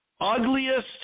ugliest